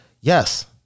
yes